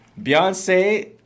Beyonce